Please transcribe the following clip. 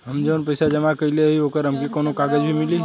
हम जवन पैसा जमा कइले हई त ओकर हमके कौनो कागज भी मिली?